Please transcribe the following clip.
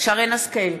שרן השכל,